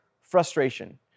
frustration